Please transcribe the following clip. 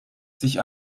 sich